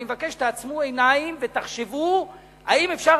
אני מבקש שתעצמו עיניים ותחשבו: האם אפשר